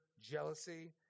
jealousy